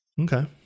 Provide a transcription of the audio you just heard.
Okay